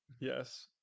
yes